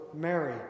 Mary